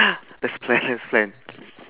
let's plan let's plan